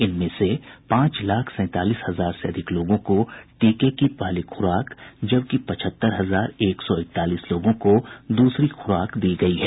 इनमें से पांच लाख सैंतालीस हजार से अधिक लोगों को टीके की पहली खुराक जबकि पचहत्तर हजार एक सौ इकतालीस लोगों को दूसरी खुराक दी गयी है